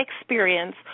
experience